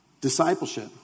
Discipleship